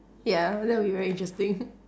ya that would be very interesting